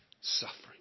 suffering